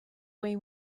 way